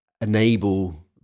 enable